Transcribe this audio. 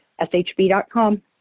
shb.com